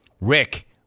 Rick